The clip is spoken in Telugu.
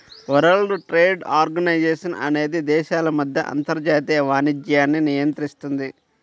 వరల్డ్ ట్రేడ్ ఆర్గనైజేషన్ అనేది దేశాల మధ్య అంతర్జాతీయ వాణిజ్యాన్ని నియంత్రిస్తుంది